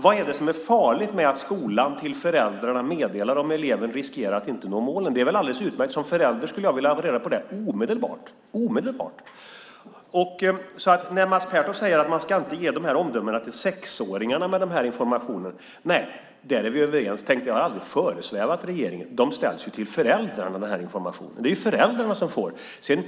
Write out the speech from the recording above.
Vad är det som är farligt med att skolan till föräldrarna meddelar om eleven riskerar att inte nå målen? Det är väl alldeles utmärkt. Som förälder skulle jag vilja ha reda på det omedelbart. Vi är överens när Mats Pertoft säger att man inte ska ge omdömen med denna information till sexåringar. Tänk - det har aldrig föresvävat regeringen. Informationen ställs till föräldrarna. Det är föräldrarna som får informationen.